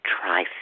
Try